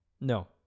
No